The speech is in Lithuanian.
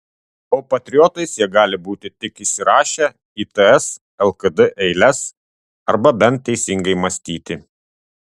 o patriotais jie gali būti tik įsirašę į ts lkd eiles arba bent teisingai mąstyti